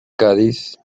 cádiz